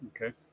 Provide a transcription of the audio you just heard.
Okay